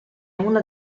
una